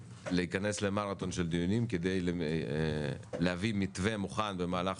להיכנס למרתון של דיונים כדי להביא מתווה מוכן במהלך,